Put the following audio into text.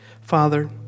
Father